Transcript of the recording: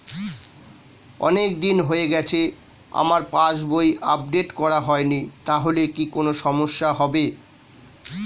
অনেকদিন হয়ে গেছে আমার পাস বই আপডেট করা হয়নি তাহলে কি কোন সমস্যা হবে?